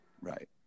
Right